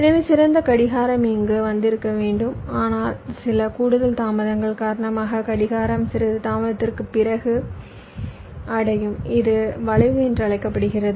எனவே சிறந்த கடிகாரம் இங்கு வந்திருக்க வேண்டும் ஆனால் சில கூடுதல் தாமதங்கள் காரணமாக கடிகாரம் சிறிது தாமதத்திற்குப் பிறகு அடையும் இது வளைவு என்று அழைக்கப்படுகிறது